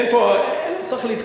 אין פה, לא צריך להתקזז.